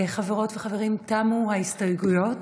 חברות וחברים, תמו ההסתייגויות.